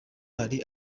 hari